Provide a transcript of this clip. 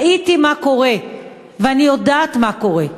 ראיתי מה קורה ואני יודעת מה קורה.